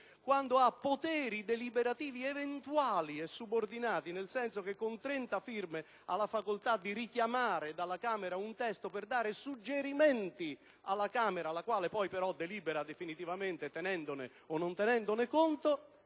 quando ha poteri deliberativi eventuali e subordinati (con 30 firme ha facoltà di richiamare un testo per dare suggerimenti alla Camera, la quale poi però delibera definitivamente, tenendone o non tenendone conto,